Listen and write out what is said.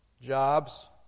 jobs